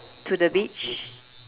to the beach